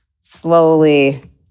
slowly